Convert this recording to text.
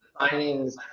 signings